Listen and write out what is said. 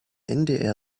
ndr